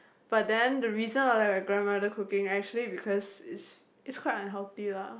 but then the reason I like my grandmother cooking actually because is is quite unhealthy lah